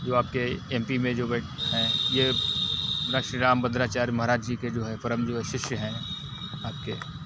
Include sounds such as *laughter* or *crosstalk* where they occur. जो आपके M P में बै हैं ये *unintelligible* श्रीराम भद्राचार्य महाराज जी के जो है परम जो हैं शिष्य हैं आपके